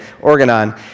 organon